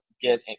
get